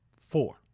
Four